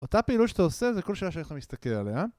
אותה פעילות שאתה עושה זה כל שאלה שאנחנו נסתכל עליה